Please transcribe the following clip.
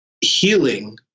healing